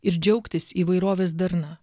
ir džiaugtis įvairovės darna